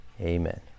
Amen